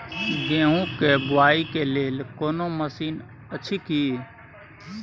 गेहूँ के बुआई के लेल कोनो मसीन अछि की?